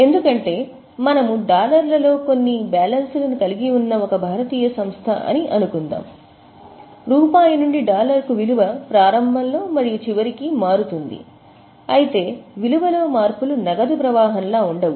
ఎందుకంటే మనము డాలర్లలో కొన్ని బ్యాలెన్స్లను కలిగి ఉన్న ఒక భారతీయ సంస్థ అని అనుకుందాం రూపాయి నుండి డాలర్కు విలువ ప్రారంభంలో మరియు చివరికి మారుతుంది అయితే విలువలో మార్పులు నగదు ప్రవాహంలా ఉండవు